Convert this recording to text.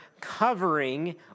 covering